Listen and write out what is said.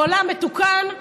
בעולם מתוקן,